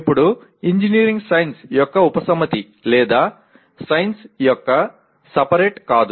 ఇప్పుడు engineering science యొక్క ఉపసమితి లేదా సైన్స్ యొక్క సూపర్సెట్ కాదు